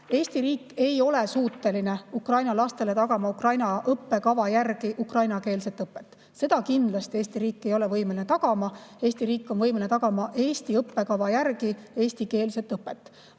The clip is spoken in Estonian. Eesti riik ei ole suuteline Ukraina lastele tagama Ukraina õppekava järgi ukrainakeelset õpet. Seda kindlasti Eesti riik ei ole võimeline tagama. Eesti riik on võimeline tagama Eesti õppekava järgi eestikeelset õpet.